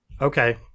Okay